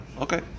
Okay